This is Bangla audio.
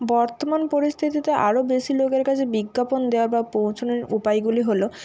বর্তমান পরিস্থিতিতে আরও বেশি লোকের কাছে বিজ্ঞাপন দেওয়া বা পৌঁছানোর উপায়গুলি হল